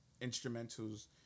instrumentals